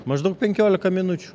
maždaug penkiolika minučių